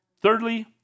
Thirdly